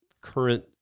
current